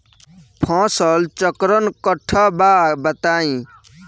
फसल चक्रण कट्ठा बा बताई?